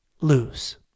lose